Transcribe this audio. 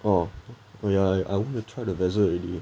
oh ya I want to try the vessel already